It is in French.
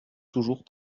toujours